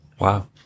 Wow